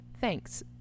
Thanks